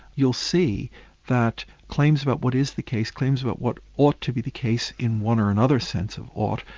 you'll see that claims about what is the case, claims about what ought to be the case in one or another sense of ought,